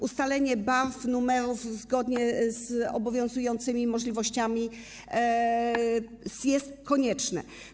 Ustalenie barw, numerów zgodnie z obowiązującymi możliwościami jest konieczne.